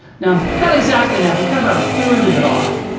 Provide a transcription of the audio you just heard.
now, not exactly and half. we cut about a third of it off,